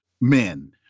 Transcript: men